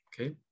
Okay